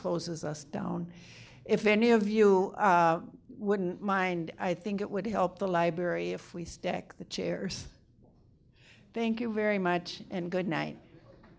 closes us down if any of you wouldn't mind i think it would help the library if we stick the chairs thank you very much and good night